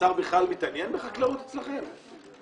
השר בכלל מתעניין בחקלאות אצלכם?